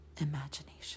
imagination